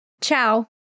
Ciao